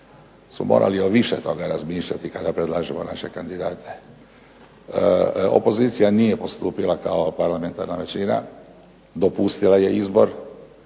smo morali o više toga razmišljati kada predlažemo naše kandidate. Opozicija nije postupila kao parlamentarna većina, dopustila je izbor,